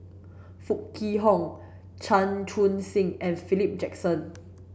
Foo Kwee Horng Chan Chun Sing and Philip Jackson